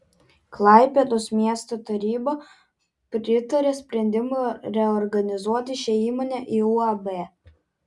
klaipėdos miesto taryba pritarė sprendimui reorganizuoti šią įmonę į uab